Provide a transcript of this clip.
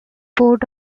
port